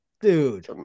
dude